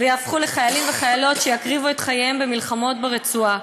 ויהפכו לחיילים וחיילות שיקריבו את חייהם במלחמות ברצועה,